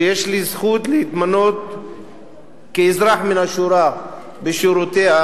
שיש לי זכות להימנות כאזרח מהשורה בשורותיה,